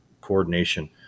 coordination